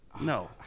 No